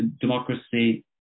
democracy